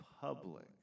public